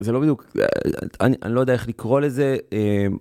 זה לא בדיוק אני לא יודע איך לקרוא לזה.